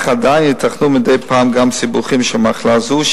אך עדיין ייתכנו מדי פעם גם סיבוכים של מחלה זו,